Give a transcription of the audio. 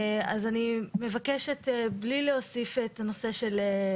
אני מבקשת בלי להוסיף את הנושא הזה.